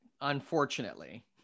Unfortunately